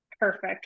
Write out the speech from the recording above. Perfect